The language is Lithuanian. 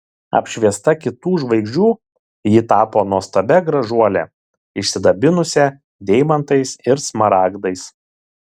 apšviesta kitų žvaigždžių ji tapo nuostabia gražuole išsidabinusia deimantais ir smaragdais